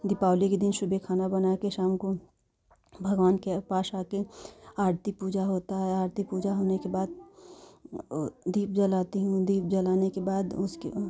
दीपावली के दिन सुबह खाना बनाकर शाम को भगवान के पास आकर आरती पूजा होता है आरती पूजा होने के बाद दीप जलाती हूँ दीप जलाने के बाद उसको